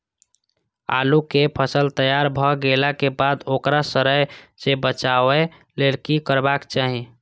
आलू केय फसल तैयार भ गेला के बाद ओकरा सड़य सं बचावय लेल की करबाक चाहि?